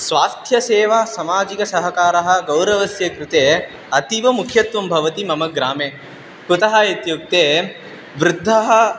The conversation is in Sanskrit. स्वास्थ्यसेवा सामाजिकसहकारः गौरवस्य कृते अतीवमुख्यत्वं भवति मम ग्रामे कुतः इत्युक्ते वृद्धः